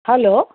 hello